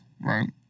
Right